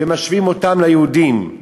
ומשווים אותו ליהודים.